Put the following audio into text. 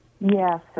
Yes